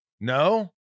No